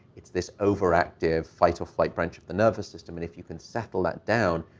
it's this overactive fight-or-flight branch of the nervous system. and if you can settle that down,